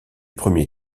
premier